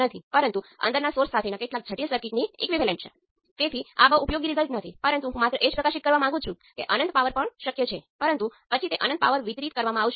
જો હું I1 થી 0 સેટ કરું છું તો તેનો અર્થ એ કે પોર્ટ 1 ઓપન સર્કિટ છે અને પછી તમે V2 લાગુ કરો છો